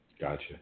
Gotcha